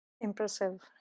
Impressive